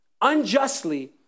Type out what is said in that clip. unjustly